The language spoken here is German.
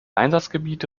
einsatzgebiete